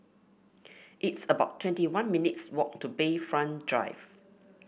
it's about twenty one minutes' walk to Bayfront Drive